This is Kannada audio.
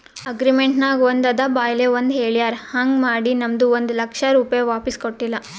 ಅಗ್ರಿಮೆಂಟ್ ನಾಗ್ ಒಂದ್ ಅದ ಬಾಯ್ಲೆ ಒಂದ್ ಹೆಳ್ಯಾರ್ ಹಾಂಗ್ ಮಾಡಿ ನಮ್ದು ಒಂದ್ ಲಕ್ಷ ರೂಪೆ ವಾಪಿಸ್ ಕೊಟ್ಟಿಲ್ಲ